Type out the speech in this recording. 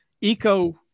eco